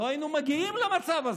לא היינו מגיעים למצב הזה.